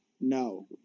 No